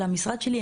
למשרד שלי,